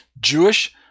Jewish